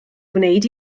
gwneud